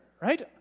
Right